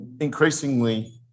increasingly